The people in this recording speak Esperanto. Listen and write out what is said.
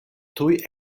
tuj